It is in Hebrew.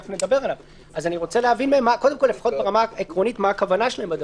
אני רוצה להבין עקרונית מה הכוונה.